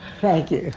thank you.